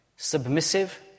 Submissive